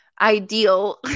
ideal